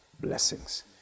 blessings